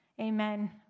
Amen